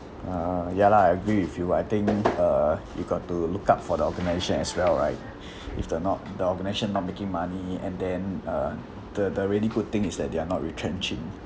uh uh ya lah I agree with you I think uh you got to look up for the organisation as well right if they're not the organisation not making money and then uh the the really good thing is that they are not retrenching